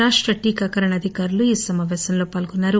రాష్ట టీకాకరణ అధికారులు ఈ సమాపేశంలో పాల్గొన్నారు